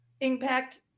impact